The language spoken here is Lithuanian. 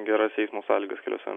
geras eismo sąlygas keliuose